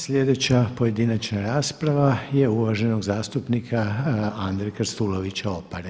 Sljedeća pojedinačna rasprava je uvaženog zastupnika Andre Krstulovića Opare.